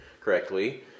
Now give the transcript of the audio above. correctly